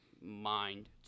mind